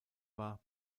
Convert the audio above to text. war